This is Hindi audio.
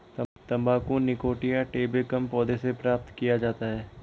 तंबाकू निकोटिया टैबेकम पौधे से प्राप्त किया जाता है